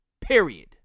period